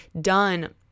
done